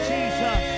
Jesus